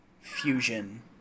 fusion